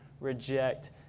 reject